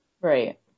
right